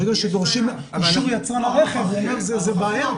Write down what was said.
ברגע שדורשים אישור יצרן רכב זו בעיה.